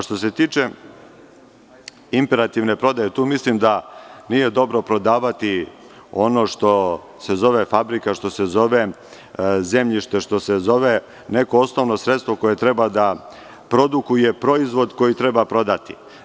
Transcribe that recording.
Što se tiče imperativne prodaje, tu mislim da nije dobro prodavati ono što se zove fabrika, što se zove zemljište, što se zove neko osnovno sredstvo koje treba da produkuje proizvod koji treba prodati.